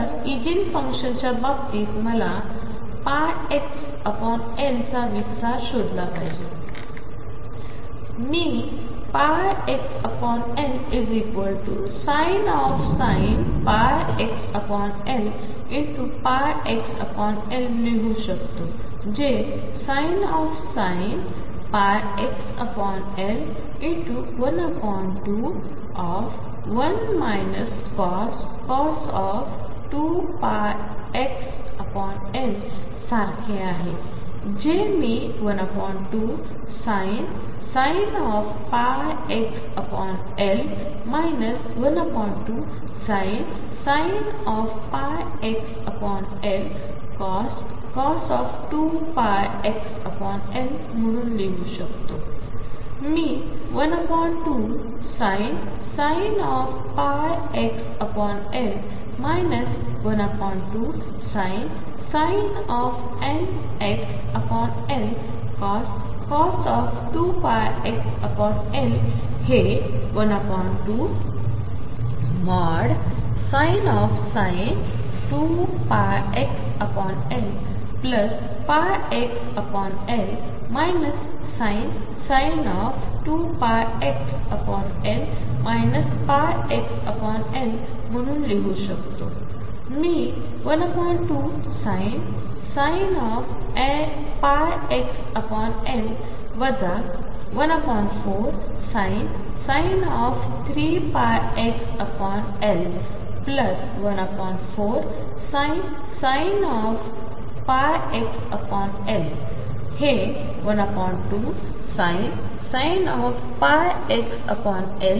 तर इगेनफंक्शन्सच्याबाबतीतमलाπxLचाविस्तारशोधलापाहिजे तर मीπxLsinπxLπxLलिहूशकतो जेsinπxL121 cos2πxL सारखेआहे जेमी12sinπxL 12sinπxLcos2πxLम्हणूनलिहूशकतोमी12sinπxL 12sinπxLcos2πxLहे 12sin2πxLπxL sin2πxL πxLम्हणूनलिहूशकतोमी12sinπxL 14sin3πxL14sinπxLहे 12sinπxL 14sin3πxL14sinπxLअसेलिहिलेआहे